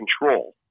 control